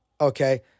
Okay